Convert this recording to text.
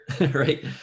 right